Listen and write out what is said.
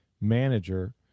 manager